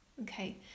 Okay